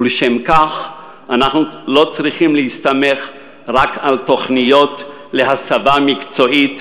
ולשם כך אנחנו לא צריכים להסתמך רק על תוכניות להסבה מקצועית,